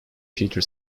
peter